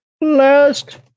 last